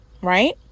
right